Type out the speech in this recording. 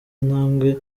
intambwe